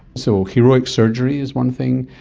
so heroic surgery is one thing,